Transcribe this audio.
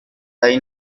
ahí